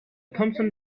thompson